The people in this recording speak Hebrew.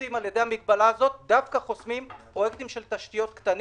המגבלה דווקא חוסמת פרויקטים של תשתיות קטנים,